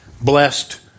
blessed